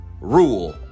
Rule